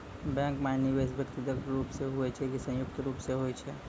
Bank माई निवेश व्यक्तिगत रूप से हुए छै की संयुक्त रूप से होय छै?